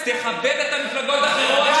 אז תכבד את המפלגות האחרות,